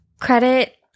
credit